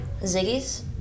Ziggy's